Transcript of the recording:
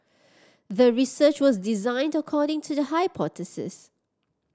the research was designed according to the hypothesis